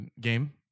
game